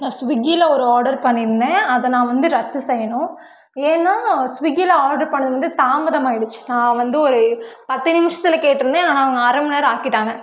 நான் ஸ்விக்கியில் ஒரு ஆர்டர் பண்ணியிருந்தேன் அதை நான் வந்து ரத்து செய்யணும் ஏன்னா ஸ்விக்கியில் ஆர்டர் பண்ணது வந்து தாமதம் ஆகிடிச்சி நான் வந்து ஒரு பத்து நிமிஷத்தில் கேட்டிருந்தேன் ஆனால் அவங்க அரமணி நேரம் ஆக்கிவிட்டாங்க